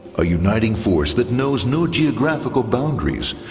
a uniting force that knows no geographical boundaries,